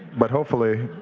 but hopefully,